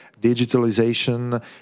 digitalization